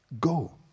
go